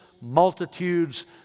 multitudes